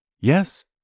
Yes